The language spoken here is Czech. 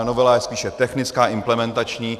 Novela je spíše technická, implementační.